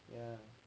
ya